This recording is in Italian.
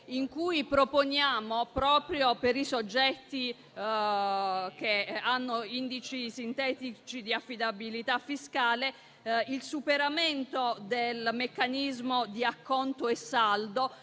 in cui proponiamo per i soggetti che hanno indici sintetici di affidabilità fiscale il superamento del meccanismo di acconto e saldo